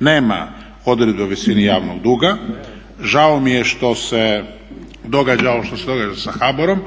nema odredbe o visini javnog duga, žao mi je što se događa ovo što se događa sa HBOR-om,